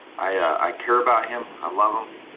i care about him, i love him.